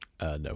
no